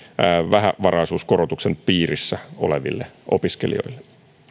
vähävaraisuuskorotuksen piirissä oleville opiskelijoille